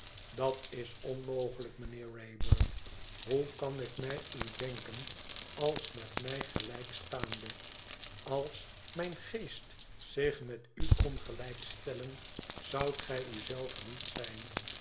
dat is onmogelijk mijnheer wraybum hoe kan ik mij u denken als met mij gelijk staande als mijn geest zich met u kon gelijk stellen zoudt gij uzelf niet zijn